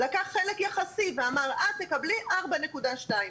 לקח חלק יחסי ואמר את תקבלי ארבע נקודה שתיים.